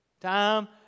Time